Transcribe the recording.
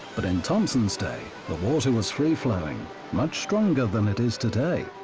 but in thompson's day the water was free flowing much stronger than it is today